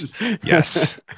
yes